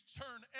turn